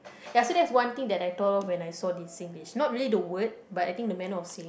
ya so that's one thing that I thought of when I saw this Singlish not really the word but I think the manner of saying